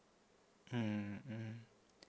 mmhmm